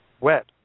wet